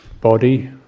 Body